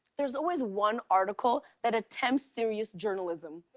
there's always one article that attempts serious journalism,